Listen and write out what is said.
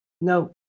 no